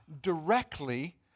directly